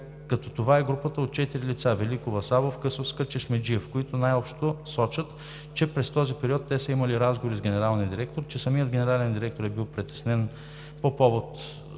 като това е група от четири лица: Великова, Савов, Късовска, Чешмеджиев, които най-общо сочат, че през този период те са имали разговори с генералния директор, че самият генерален директор е бил притеснен по повод